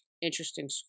interesting